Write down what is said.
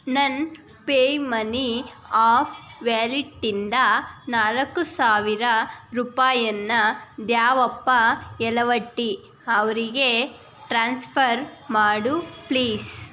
ನನ್ನ Paymoney of ವ್ಯಾಲೆಟ್ಟಿಂದ ನಾಲ್ಕು ಸಾವಿರ ರೂಪಾಯಿಯನ್ನ ದ್ಯಾವಪ್ಪ ಯಲವಟ್ಟಿ ಅವರಿಗೆ ಟ್ರಾನ್ಸ್ಫರ್ ಮಾಡು ಪ್ಲೀಸ್